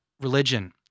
religion